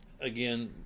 again